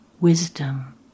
wisdom